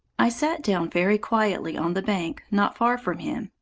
i sat down very quietly on the bank, not far from him.